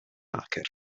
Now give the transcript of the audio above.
hacker